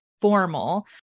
formal